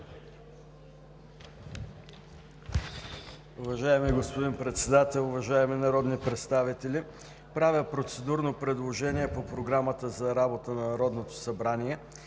Уважаеми господин Председател, уважаеми народни представители! Правя процедурно предложение по Програмата за работа на Народното събрание